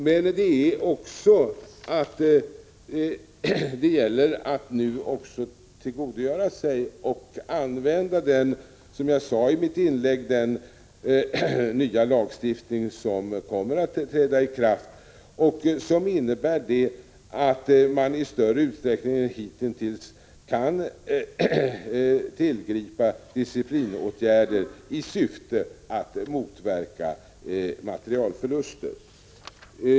Men det är också, som jag sade i mitt inlägg, att tillgodogöra sig och använda den nya lagstiftning som kommer att träda i kraft och som innebär att man i större utsträckning än hitintills kan tillgripa disciplinåtgärder i syfte att motverka materielförluster.